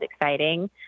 exciting